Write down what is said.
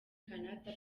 canada